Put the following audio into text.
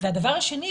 הדבר השני,